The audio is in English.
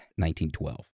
1912